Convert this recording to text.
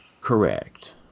Correct